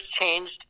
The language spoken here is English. changed